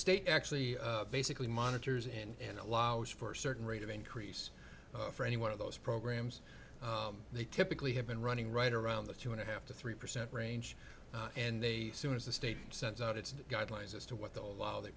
state actually basically monitors and allows for a certain rate of increase for any one of those programs they typically have been running right around the two and a half to three percent range and they soon as the state sends out its guidelines as to what the law they